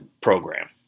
program